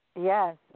Yes